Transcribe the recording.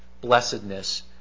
blessedness